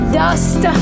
dust